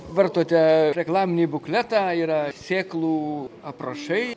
vartote reklaminį bukletą yra sėklų aprašai